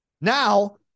Now